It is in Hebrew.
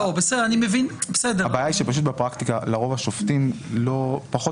הבעיה היא שבפרקטיקה לרוב השופטים פחות